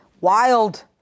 Wild